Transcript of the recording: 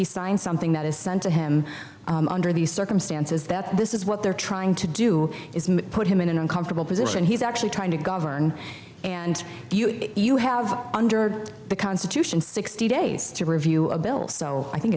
he sign something that is sent to him under these circumstances that this is what they're trying to do is put him in an uncomfortable position he's actually trying to govern and you have under the constitution sixty days to review a bill so i think